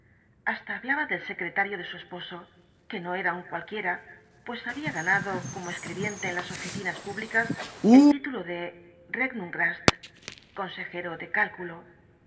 hasta hablaba del secretario de su esposo que no era un cualquiera pues había ganado como escribiente en las oficinas públicas el título de rechnungsrath consejero de cálculo